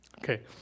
Okay